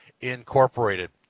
Incorporated